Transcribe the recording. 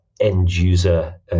end-user